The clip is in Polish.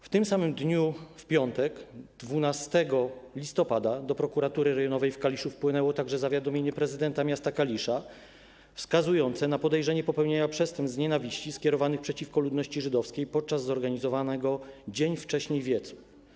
W tym samym dniu, w piątek 12 listopada, do Prokuratury Rejonowej w Kaliszu wpłynęło także zawiadomienie prezydenta miasta Kalisza wskazujące na podejrzenie popełnienia przestępstw z nienawiści skierowanych przeciwko ludności żydowskiej podczas zorganizowanego dzień wcześniej wiecu.